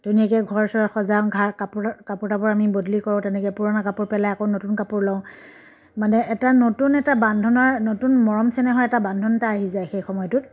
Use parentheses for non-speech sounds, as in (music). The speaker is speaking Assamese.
ধুনীয়াকৈ ঘৰ চৰ সজাওঁ (unintelligible) কাপোৰ তাপোৰ আমি বদলি কৰোঁ তেনেকৈ পুৰণা কাপোৰ পেলাই আকৌ নতুন কাপোৰ লওঁ মানে এটা নতুন এটা বান্ধোনৰ নতুন মৰম চেনেহৰ বান্ধোন এটা আহি যায় সেই সময়টোত